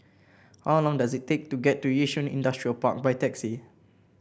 how long does it take to get to Yishun Industrial Park by taxi